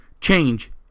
Change